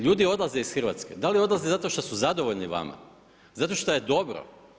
Ljudi odlaze iz Hrvatske, da li odlaze zato što su zadovoljni vama, zato što je dobro?